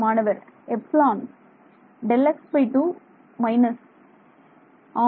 மாணவர் epsilon Δx2 minus ஆம்